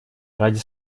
ради